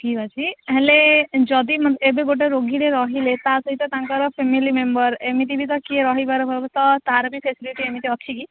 ଠିକ୍ ଅଛି ହେଲେ ଯଦି ଏବେ ଗୋଟେ ରୋଗୀଟେ ରହିଲେ ତା' ସହିତ ତାଙ୍କର ଫ୍ୟାମିଲି ମେମ୍ବର୍ ଏମିତି ବି ତ କିଏ ରହିବାର ବ୍ୟବସ୍ଥା ତା'ର ବି ଫ୍ୟାସିଲିଟି ଏମିତି ଅଛି କି